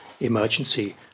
emergency